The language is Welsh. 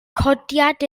codiad